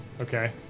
Okay